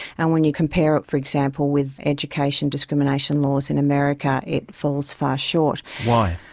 and when you compare it, for example with education discrimination laws in america it falls far short. why?